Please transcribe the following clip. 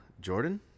Jordan